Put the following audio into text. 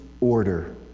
order